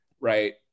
right